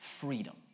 freedom